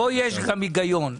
פה יש גם היגיון,